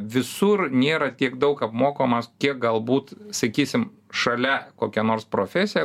visur nėra tiek daug apmokomas kiek galbūt sakysim šalia kokia nors profesija